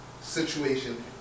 situation